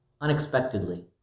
unexpectedly